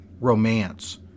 romance